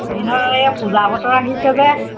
হেৰি নহয় এয়া পূজা বতৰ আহিছে যে